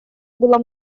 было